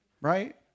right